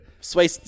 Sway